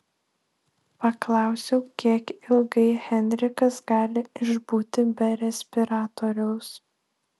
paklausiau kiek ilgai henrikas gali išbūti be respiratoriaus